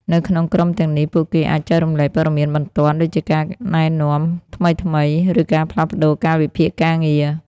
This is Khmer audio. នៅក្នុងក្រុមទាំងនេះ ពួកគេអាច ចែករំលែក ព័ត៌មានបន្ទាន់ ដូចជាការណែនាំថ្មីៗ ឬការផ្លាស់ប្ដូរកាលវិភាគការងារ។